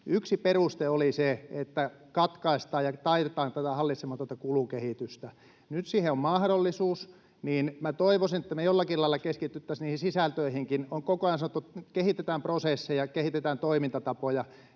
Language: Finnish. Yksi peruste oli se, että katkaistaan ja taitetaan tätä hallitsematonta kulukehitystä. Nyt siihen on mahdollisuus, niin minä toivoisin, että me jollakin lailla keskityttäisiin niihin sisältöihinkin. On koko ajan sanottu, että kehitetään prosesseja, kehitetään toimintatapoja.